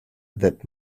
that